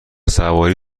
سواری